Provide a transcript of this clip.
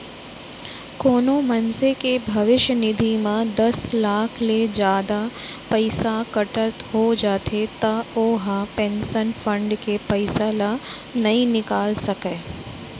कोनो मनसे के भविस्य निधि म दस साल ले जादा पइसा कटत हो जाथे त ओ ह पेंसन फंड के पइसा ल नइ निकाल सकय